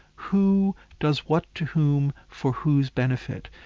who does what to whom for whose benefit?